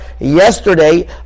yesterday